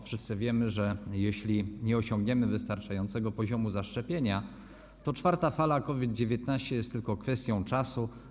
Wszyscy wiemy, że jeśli nie osiągniemy wystarczającego poziomu zaszczepienia, to czwarta fala COVID-19 jest tylko kwestią czasu.